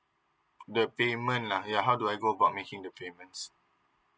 the payment up ya how do I go about making the trip ends